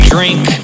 Drink